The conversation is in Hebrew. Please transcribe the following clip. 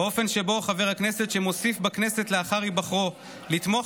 באופן שבו חבר הכנסת שמוסיף בכנסת לאחר היבחרו לתמוך